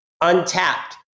Untapped